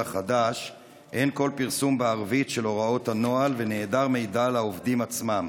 החדש אין כל פרסום בערבית של הוראות הנוהל ונעדר מידע מהעובדים עצמם.